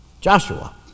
Joshua